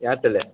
Airtel